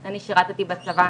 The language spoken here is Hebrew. אני שירתי בצבא,